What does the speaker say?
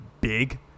big